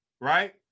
right